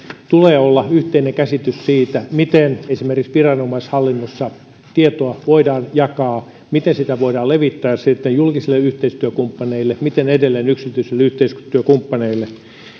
tulee olla yhteinen käsitys siitä miten esimerkiksi viranomaishallinnossa tietoa voidaan jakaa miten sitä voidaan levittää julkisille yhteistyökumppaneille miten edelleen yksityisille yhteistyökumppaneille